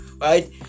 Right